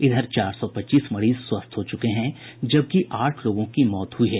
इधर चार सौ पच्चीस मरीज स्वस्थ हो चुके हैं जबकि आठ लोगों की मौत हुई है